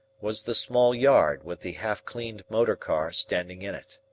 was the small yard with the half-cleaned motor-car standing in it.